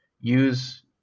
use